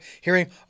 hearing